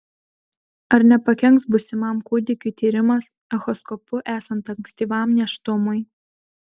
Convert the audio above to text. ar nepakenks būsimam kūdikiui tyrimas echoskopu esant ankstyvam nėštumui